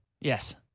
Yes